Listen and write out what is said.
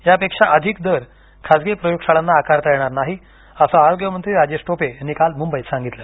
यापेक्षा अधिक दर खासगी प्रयोगशाळांना आकारता येणार नाही असं आरोग्यमंत्री राजेश टोपे यांनी काल मुंबईत सांगितलं